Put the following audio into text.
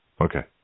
Okay